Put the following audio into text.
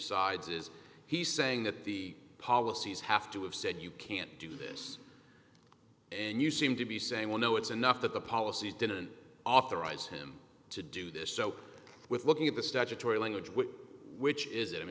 sides is he's saying that the policies have to have said you can't do this and you seem to be saying well no it's enough the policy didn't authorize him to do this so with looking at the statutory language which